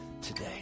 today